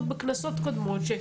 עוד בכנסות קודמות,